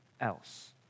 else